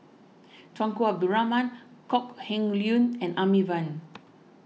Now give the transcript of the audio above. Tunku Abdul Rahman Kok Heng Leun and Amy Van